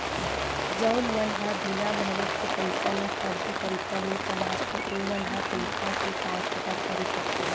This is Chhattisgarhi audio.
जउन मन ह बिना मेहनत के पइसा ल फरजी तरीका ले कमाथे ओमन ह पइसा के काय कदर करे सकही